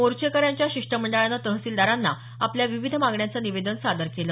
मोर्चेकऱ्यांच्या शिष्टमंडळानं तहसीलदारांना आपल्या मागण्यांचं निवेदन सादर केलं